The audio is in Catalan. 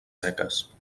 seques